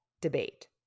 debate